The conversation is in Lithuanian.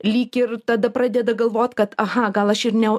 lyg ir tada pradeda galvot kad aha gal aš ir ne